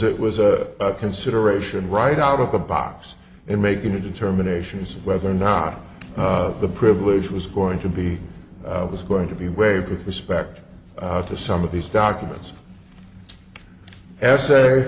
it was a consideration right out of the box in making a determination as to whether or not the privilege was going to be was going to be waived with respect to some of these documents essay